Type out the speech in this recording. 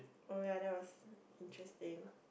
oh ya that was interesting